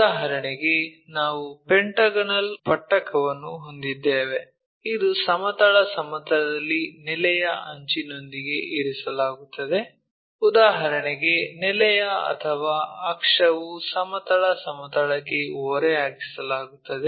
ಉದಾಹರಣೆಗೆ ನಾವು ಪೆಂಟಾಗೋನಲ್ ಪಟ್ಟಕವನ್ನು ಹೊಂದಿದ್ದೇವೆ ಇದು ಸಮತಲ ಸಮತಲದಲ್ಲಿ ನೆಲೆಯ ಅಂಚಿನೊಂದಿಗೆ ಇರಿಸಲಾಗುತ್ತದೆ ಉದಾಹರಣೆಗೆ ನೆಲೆಯು ಅಥವಾ ಅಕ್ಷವು ಸಮತಲ ಸಮತಲಕ್ಕೆ ಓರೆಯಾಗಿಸಲಾಗುತ್ತದೆ